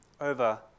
over